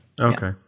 okay